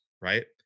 right